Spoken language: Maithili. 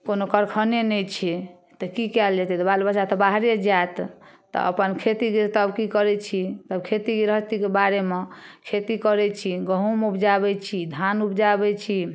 कोनो कारखाने नहि छै तऽ की कयल जेतै तऽ बाल बच्चा तऽ बाहरे जायत तऽ अपन खेती गृहस्थी करै छी खेती गृहस्थीके बारेमे खेती करै छी गहुम उपजाबै छी धान उपजाबै छी